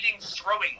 throwing